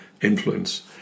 influence